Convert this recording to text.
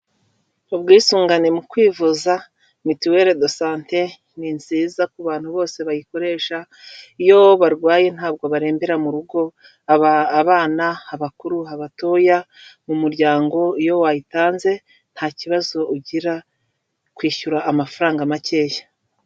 Ubwisungane mu kwivuza mitiwere de sante, ni nziza kubantu bose bayikoresha, iyo barwaye ntabwo barembera mu rugo, abana, abakuru, abatoya, umuryango iyo wayitanze nta kibazo ugira kwishyura amafaranga makeya.